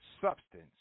substance